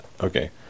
Okay